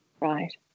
Right